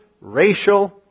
racial